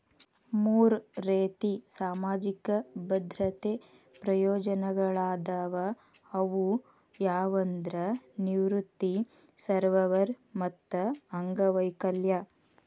ಮೂರ್ ರೇತಿ ಸಾಮಾಜಿಕ ಭದ್ರತೆ ಪ್ರಯೋಜನಗಳಾದವ ಅವು ಯಾವಂದ್ರ ನಿವೃತ್ತಿ ಸರ್ವ್ಯವರ್ ಮತ್ತ ಅಂಗವೈಕಲ್ಯ